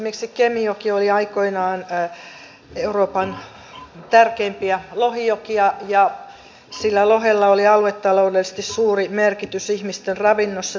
esimerkiksi kemijoki oli aikoinaan euroopan tärkeimpiä lohijokia ja sillä lohella oli aluetaloudellisesti suuri merkitys ihmisten ravinnossa